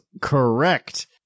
correct